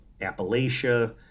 Appalachia